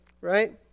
right